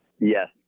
Yes